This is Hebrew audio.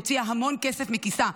הוציאה המון כסף מכיסה,